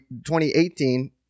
2018